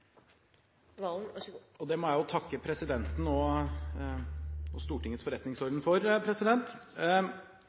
Det må jeg takke presidenten og Stortingets forretningsorden for.